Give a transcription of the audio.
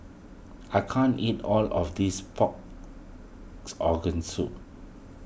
I can't eat all of this Organ Soup